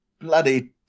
Bloody